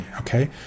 Okay